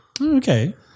Okay